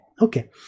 okay